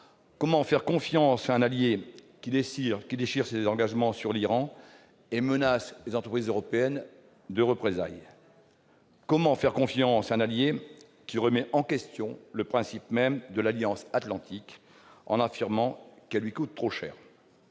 Comment faire confiance à un allié qui déchire ses engagements sur l'Iran et menace les entreprises européennes de représailles ? Comment faire confiance à un allié qui remet en question le principe même de l'Alliance atlantique, en affirmant qu'elle lui coûte trop cher ?